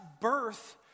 birth